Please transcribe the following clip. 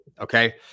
Okay